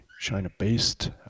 China-based